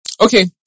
okay